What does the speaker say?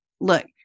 look